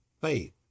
faith